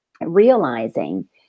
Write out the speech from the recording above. realizing